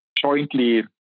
jointly